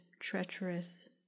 treacherous